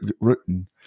written